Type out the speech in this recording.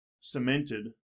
cemented